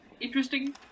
interesting